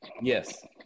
Yes